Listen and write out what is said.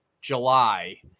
july